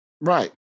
Right